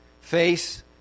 face